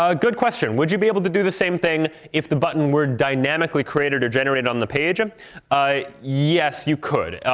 ah good question. would you be able to do the same thing if the button were dynamically created or generated on the page? and yes, you could.